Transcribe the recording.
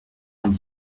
vingt